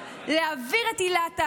מירב, זה לא נכון מה שאת אומרת.